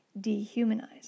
Dehumanized